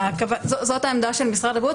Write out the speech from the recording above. זאת העמדה של משרד הבריאות.